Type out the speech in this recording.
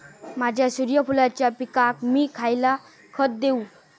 माझ्या सूर्यफुलाच्या पिकाक मी खयला खत देवू?